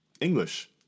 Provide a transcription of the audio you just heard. English